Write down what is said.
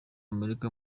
amerika